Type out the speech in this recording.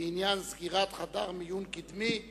בעניין סגירת חדר מיון קדמי בקריית-שמונה.